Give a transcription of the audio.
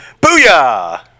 Booyah